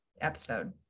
episode